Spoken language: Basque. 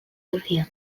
herrian